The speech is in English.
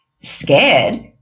scared